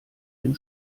dem